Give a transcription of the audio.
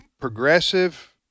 progressive –